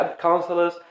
counselors